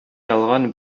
ялган